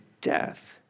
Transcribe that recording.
death